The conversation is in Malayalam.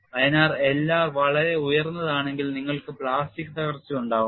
അതിനാൽ L r വളരെ ഉയർന്നതാണെങ്കിൽ നിങ്ങൾക്ക് പ്ലാസ്റ്റിക് തകർച്ച ഉണ്ടാകും